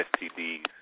STDs